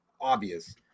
obvious